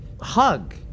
hug